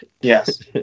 Yes